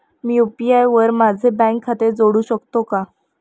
मी UPI वर माझे bank खाते जोडू शकतो का?